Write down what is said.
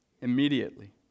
immediately